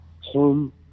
home